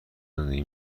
زندگی